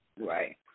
Right